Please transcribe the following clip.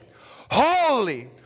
holy